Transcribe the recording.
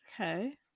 okay